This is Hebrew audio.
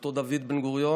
לאותו דוד בן-גוריון: